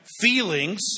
Feelings